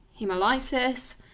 hemolysis